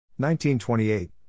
1928